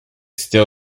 still